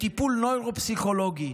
לטיפול נוירו-פסיכולוגי.